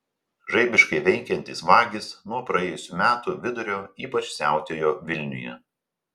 žaibiškai veikiantys vagys nuo praėjusių metų vidurio ypač siautėjo vilniuje